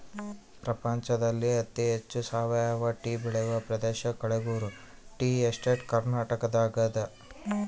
ಪ್ರಪಂಚದಲ್ಲಿ ಅತಿ ಹೆಚ್ಚು ಸಾವಯವ ಟೀ ಬೆಳೆಯುವ ಪ್ರದೇಶ ಕಳೆಗುರು ಟೀ ಎಸ್ಟೇಟ್ ಕರ್ನಾಟಕದಾಗದ